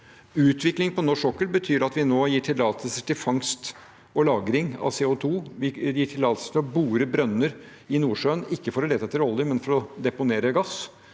Utvikling på norsk sokkel betyr at vi nå gir tillatelser til fangst og lagring av CO2, vi gir tillatelser til å bore brønner i Nordsjøen, ikke for å lete etter olje, men for å deponere gass.